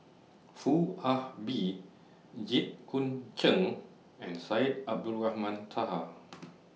Foo Ah Bee Jit Koon Ch'ng and Syed Abdulrahman Taha